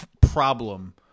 problem